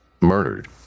murdered